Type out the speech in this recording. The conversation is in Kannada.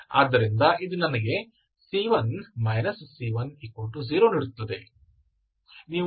ಆದ್ದರಿಂದ ಇದು ನನಗೆ c1 c10 ನೀಡುತ್ತದೆ